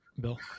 Bill